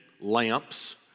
lamps